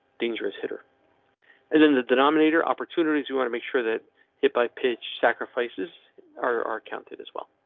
dangerous hitter as in the denominator opportunities we want to make sure that hit by pitch sacrifices are are counted as well.